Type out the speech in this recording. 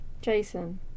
Jason